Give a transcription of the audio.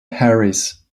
harris